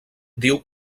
diu